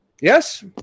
Yes